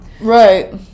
Right